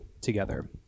together